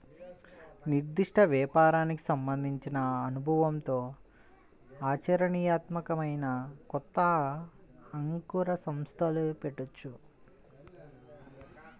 నిర్దిష్ట వ్యాపారానికి సంబంధించిన అనుభవంతో ఆచరణీయాత్మకమైన కొత్త అంకుర సంస్థలు పెట్టొచ్చు